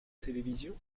télévision